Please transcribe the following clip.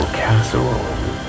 casserole